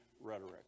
rhetoric